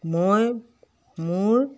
মই মোৰ